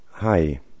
Hi